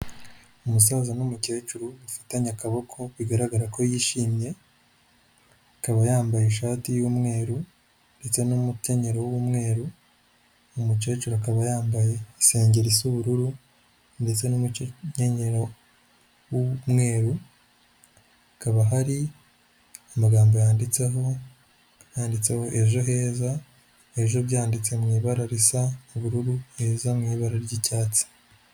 Umusaza n'umukecuru bafatanye akaboko bigaragara ko yishimye, akaba yambaye ishati y'umweru ndetse n'umukenyero w'umweru, umukecuru akaba yambaye isengengeri isa ubururu ndetse n'umukenyero w'umweru, akaba hari amagambo yanditseho, yanditseho ejo heza ejo byanditse mu ibara risa ubururu heza mu ibara ry'icyatsi.